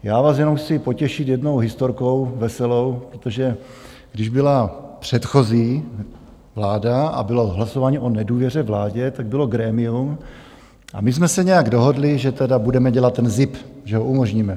Já vás jenom chci potěšit jednou historkou veselou, protože když byla předchozí vláda a bylo hlasování o nedůvěře vládě, tak bylo grémium a my jsme se nějak dohodli, že tedy budeme dělat ten zip, že ho umožníme.